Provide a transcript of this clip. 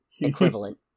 equivalent